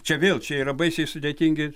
čia vėl čia yra baisiai sudėtingi